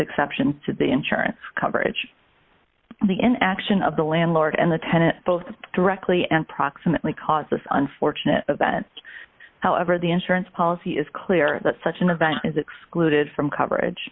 exceptions to the insurance coverage the in action of the landlord and the tenant both directly and proximately caused this unfortunate event however the insurance policy is clear that such an event is excluded from coverage